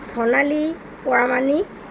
Sonali Paramanik